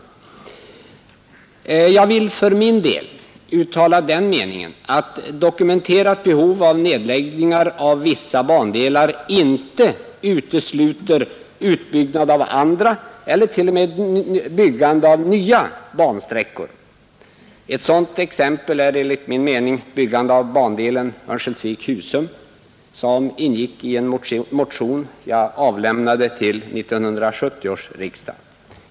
Jag vill för min del uttala den meningen att dokumenterat behov av nedläggning av vissa bandelar inte utesluter utbyggnad av andra eller t.o.m. byggande av nya bansträckor. Ett exempel är enligt min mening förslaget om byggande av bandelen Örnsköldsvik Husum, som ingick i en motion jag avlämnade till 1970 års riksdag.